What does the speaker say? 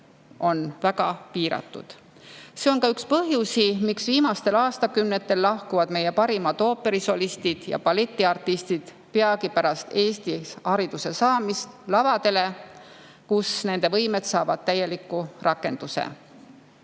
on väga piiratud. See on ka üks põhjusi, miks viimastel aastakümnetel lahkuvad meie parimad ooperisolistid ja balletiartistid peagi pärast Eestis hariduse saamist lavadele, kus nende võimed saavad täieliku rakenduse.